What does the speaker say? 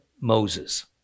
Moses